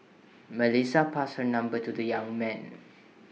Melissa passed her number to the young man